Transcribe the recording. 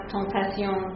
Tentation